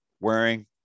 wearing